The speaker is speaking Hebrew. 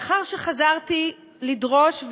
לאחר שחזרתי לדרוש,